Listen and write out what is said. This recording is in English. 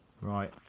Right